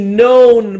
known